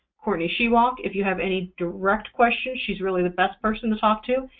courtney shewak if you have any direct questions, she's really the best person to talk to,